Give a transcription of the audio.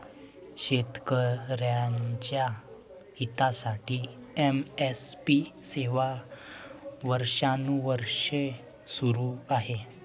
शेतकऱ्यांच्या हितासाठी एम.एस.पी सेवा वर्षानुवर्षे सुरू आहे